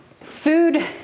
Food